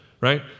right